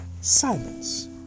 silence